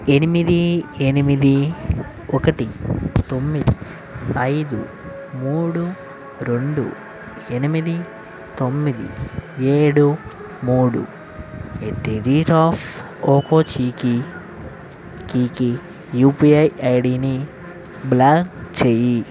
ఎనిమిది ఎనిమిది ఒకటి తొమ్మిది ఐదు మూడు రెండు ఎనిమిది తొమ్మిది ఏడు మూడు at the rate of ok ICICI UPI ఐడిని బ్లాక్ చెయ్యి